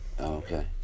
Okay